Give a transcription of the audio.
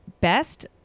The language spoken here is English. best